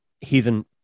heathen